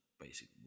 basic